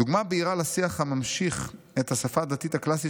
"דוגמה בהירה לשיח הממשיך את השפה הדתית הקלאסית